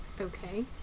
Okay